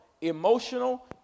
emotional